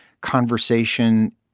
conversation